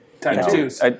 Tattoos